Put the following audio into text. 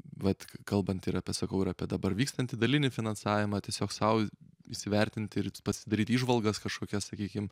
vat kalbant ir apie sakau ir apie dabar vykstantį dalinį finansavimą tiesiog sau įsivertinti ir pasidaryt įžvalgas kažkokias sakykim